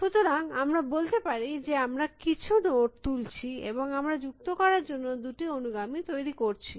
সুতরাং আমরা বলতে পারি যে আমরা কিছু নোড তুলছি এবং আমরা যুক্ত করার জন্য দুটি অনুগামী তৈরী করছি